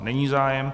Není zájem.